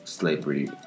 Slavery